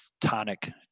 tonic